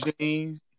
jeans